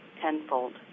tenfold